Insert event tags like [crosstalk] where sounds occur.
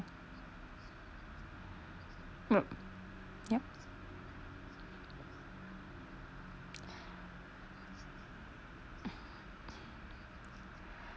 mm yeah [breath]